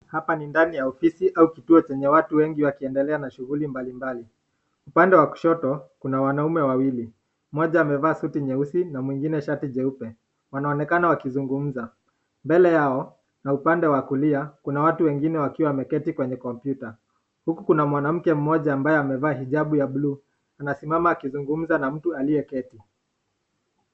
Hapa ni ndani ya ofisi au kituo chenye watu wengi wakiendelea na shughuli mbalimbali. Upande wa kushoto kuna wanaume wawili, mmoja amevaa suti nyeusi na mwengine shati jeupe. Wanaonekana wakizungumza. Mbele yao na upande wa kulia kuna watu wengine wakiwa wameketi kwenye kompyuta huku kuna mwanamke mmoja ambaye amevaa hijabu ya buluu. Anasimama akizungumza na mtu aliyeketi.